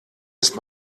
ist